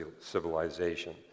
civilization